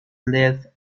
lived